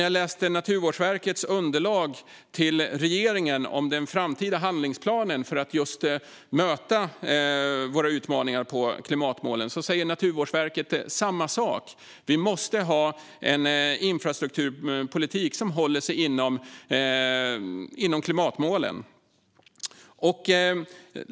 Jag läste Naturvårdsverkets underlag till regeringen om den framtida handlingsplanen för att möta våra utmaningar på klimatområdet. De säger samma sak: Vi måste ha en infrastrukturpolitik som håller sig inom klimatmålen.